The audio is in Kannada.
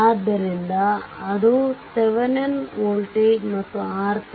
ಆದ್ದರಿಂದ ಅದು ಥೆವೆನಿನ್ ವೋಲ್ಟೇಜ್ ಮತ್ತು RThevenin